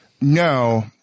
no